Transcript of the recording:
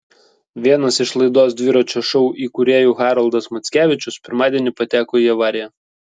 vienas iš laidos dviračio šou įkūrėjų haroldas mackevičius pirmadienį pateko į avariją